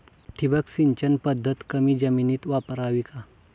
ठिबक सिंचन पद्धत कमी जमिनीत वापरावी का?